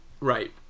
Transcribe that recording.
right